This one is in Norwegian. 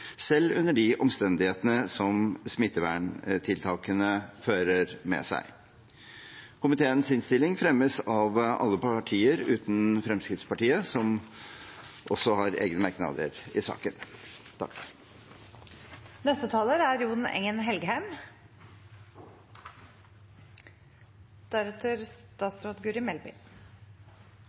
selv under de omstendighetene som smitteverntiltakene fører med seg. Komiteens innstilling fremmes av alle partier utenom Fremskrittspartiet, som har egne merknader i saken.